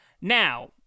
now